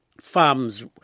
farms